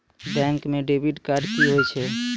Bank म debit card की होय छै?